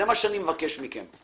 זה מה שאני מבקש מכם.